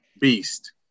Beast